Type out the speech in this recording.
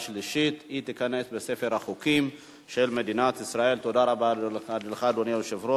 אכן, בעד, 8, אין מתנגדים, אין נמנעים.